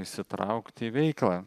įsitraukti į veiklą